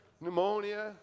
Pneumonia